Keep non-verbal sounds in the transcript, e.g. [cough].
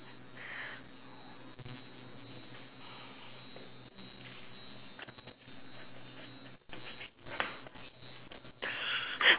[laughs]